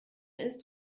ist